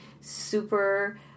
super